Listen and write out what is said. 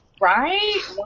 Right